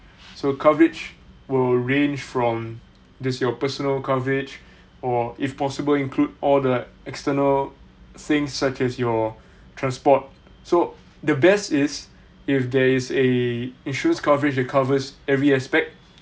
so coverage will range from this your personal coverage or if possible include all the external things such as your transport so the best is if there is a insurance coverage that covers every aspect